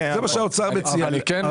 זה מה שהאוצר מציע, ועל זה